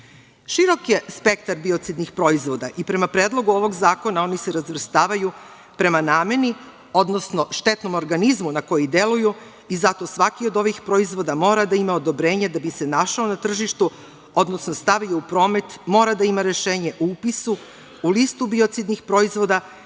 je spektar biocidnih proizvoda i prema predlogu ovog zakona oni se razvrstavaju prema nameni, odnosno štetnom organizmu na koji deluju i zato svaki od ovih proizvoda mora da ima odobrenje da bi se našao na tržištu, odnosno stavio u promet, mora da ima rešenje o upisu u listu biocidnih proizvoda